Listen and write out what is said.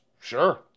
Sure